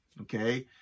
Okay